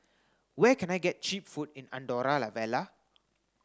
where can I get cheap food in Andorra la Vella